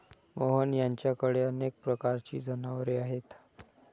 मोहन यांच्याकडे अनेक प्रकारची जनावरे आहेत